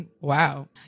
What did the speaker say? wow